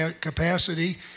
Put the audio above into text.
capacity